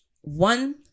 One